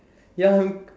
ya I'm